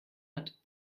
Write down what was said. hat